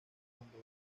fondo